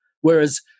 whereas